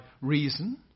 reason